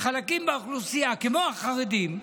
חלקים באוכלוסייה כמו החרדים,